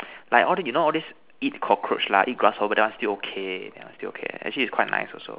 like all this you know all this you know all this eat cockroach lah eat grasshoppers that one still okay still okay actually its quite nice also